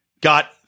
got